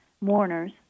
mourners